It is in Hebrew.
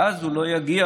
ואז הוא לא יגיע,